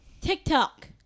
TikTok